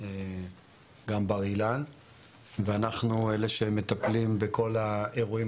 גם בר אילן ואנחנו אלה שמטפלים בכל האירועים